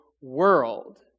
world